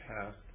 past